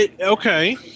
Okay